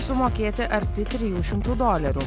sumokėti arti trijų šimtų dolerių